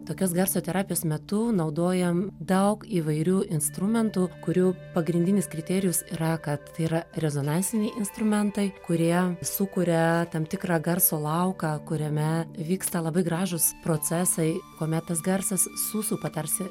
tokios garso terapijos metu naudojam daug įvairių instrumentų kurių pagrindinis kriterijus yra kad tai yra rezonansiniai instrumentai kurie sukuria tam tikrą garso lauką kuriame vyksta labai gražūs procesai kuomet tas garsas susupa tarsi